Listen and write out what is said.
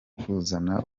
kuzana